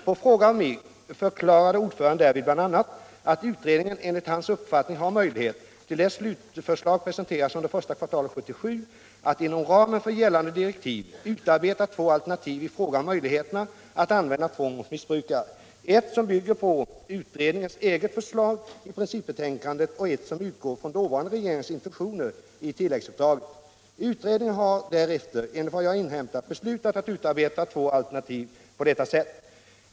På fråga av mig förklarade ordföranden därvid bl.a. att utredningen enligt hans uppfattning har möjlighet — till dess slutförslag presenteras under första kvartalet 1977 — att inom ramen för gällande direktiv utarbeta två alternativ i fråga om möjligheterna att använda tvång mot vuxna missbrukare: ett som bygger på utredningens eget förslag i principbetänkandet och ett som utgår från dåvarande regeringens intentioner i tilläggsuppdraget. Utredningen har därefter enligt vad jag har inhämtat beslutat att utarbeta två alternativ på detta sätt.